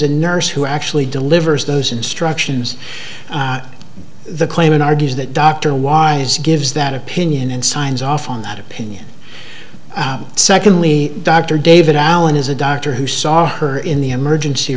a nurse who actually delivers those instructions the claimant argues that dr weiss gives that opinion and signs off on that opinion secondly dr david allen is a doctor who saw her in the emergency